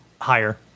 higher